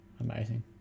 Amazing